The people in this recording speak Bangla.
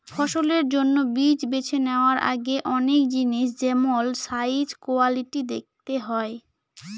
ফসলের জন্য বীজ বেছে নেওয়ার আগে অনেক জিনিস যেমল সাইজ, কোয়ালিটি দেখতে হয়